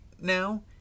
now